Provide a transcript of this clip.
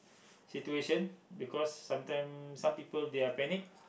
situation because some time some people they are panic